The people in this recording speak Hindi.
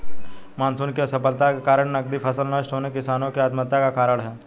मानसून की असफलता के कारण नकदी फसल नष्ट होना किसानो की आत्महत्या का कारण है